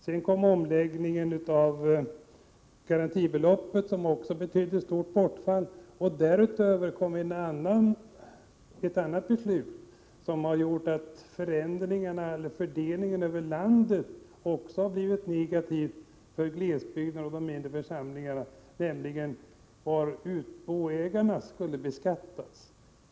Också omläggningen avseende garantibeloppet betydde ett stort bortfall. Härtill har kommit ett annat beslut, som förändrat fördelningen över landet negativt för glesbygden och för de mindre församlingarna, nämligen beslutet om var utboägarna skall beskattas.